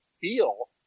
feel